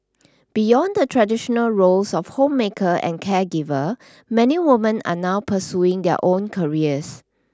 beyond the traditional roles of homemaker and caregiver many woman are now pursuing their own careers